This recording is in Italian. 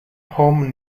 home